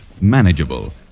manageable